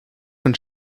von